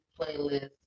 playlist